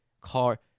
car